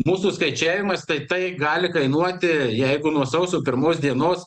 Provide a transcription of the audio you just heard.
mūsų skaičiavimais tai tai gali kainuoti jeigu nuo sausio pirmos dienos